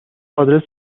آدرس